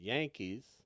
Yankees